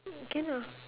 can ah